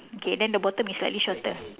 okay then the bottom is slightly shorter